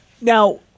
Now –